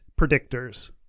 predictors